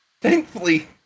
Thankfully